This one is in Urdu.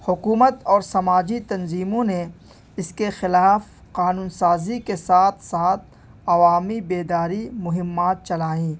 حکومت اور سماجی تنظیموں نے اس کے خلاف قانون سازی کے ساتھ ساتھ عوامی بیداری مہمات چلائیں